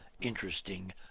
interesting